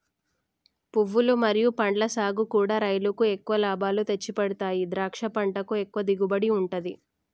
పువ్వులు మరియు పండ్ల సాగుకూడా రైలుకు ఎక్కువ లాభాలు తెచ్చిపెడతాయి ద్రాక్ష పంటకు ఎక్కువ దిగుబడి ఉంటది